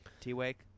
T-Wake